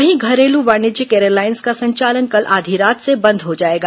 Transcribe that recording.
वहीं घरेलू वाणिज्यिक एयरलाइंस का संचालन कल आधी रात से बंद हो जाएगा